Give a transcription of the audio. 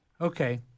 okay